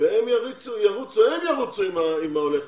והם ירוצו עם העולה החדש,